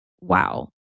wow